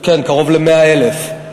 קרוב ל-100,000.